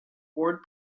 ward